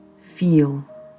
feel